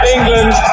England